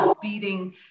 beating